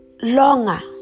Longer